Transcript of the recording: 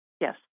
Yes